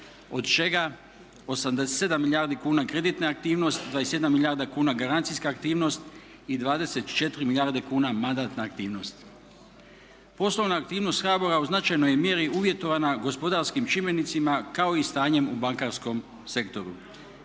od čeka 87 milijardi kuna kreditna aktivnost, 27 milijarda kuna garancijska aktivnost i 24 milijarde kuna mandatna aktivnost. Poslovna aktivnost HBOR-a u značajnoj je mjeri uvjetovana gospodarskim čimbenicima kao i stanjem u bankarskom sektoru.